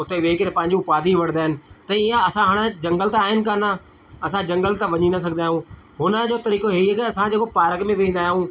उते वेही करे पंहिंजियूं उपाधि वठदा आहिनि त ईअं असां हाणे झंगलु त आहिनि कोन्ह असां झंगलु त वञी न सघंदा आहियूं हुनजो तरीक़ो हे ई आहे की असां जेको पार्क में वेंदा आहियूं